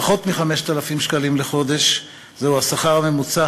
פחות מ-5,000 שקלים לחודש, זהו השכר הממוצע